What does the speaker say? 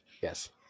Yes